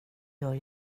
gör